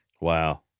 wow